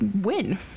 win